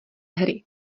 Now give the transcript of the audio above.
hry